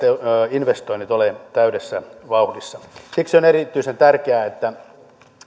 investoinnit ole täydessä vauhdissa siksi on erityisen tärkeää että